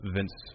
Vince